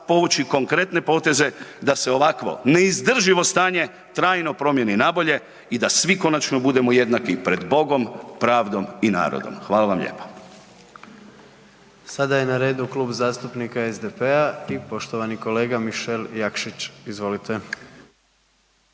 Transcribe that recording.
povući konkretne poteze da se ovakvo neizdrživo stanje trajno promijeni na bolje i da svi konačno budemo jednaki pred Bogom, pravdom i narodom. Hvala vam lijepa.